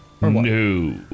No